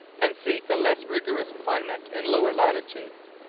and seek a less rigorous climate in lower latitudes.